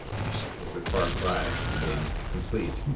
which is a far cry from being complete